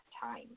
time